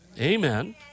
Amen